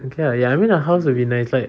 ya I mean a house will be nice like